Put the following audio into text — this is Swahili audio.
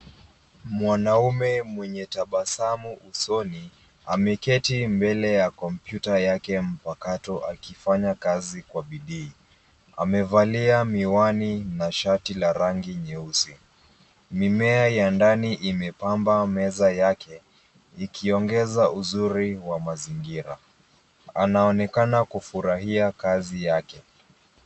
Mwanamme mwenye tabasamu usoni, ameketi mbele ya kompyuta yake mpakato akifanya kazi kwa bidii. Amevalia miwani na shati la rangi nyeusi. Mimea ya ndani imepamba meza yake, ikiongeza uzuri wa mazingira. Anaonekana kufurahia kazi yake.